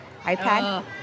iPad